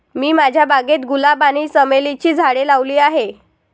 मी माझ्या बागेत गुलाब आणि चमेलीची झाडे लावली आहे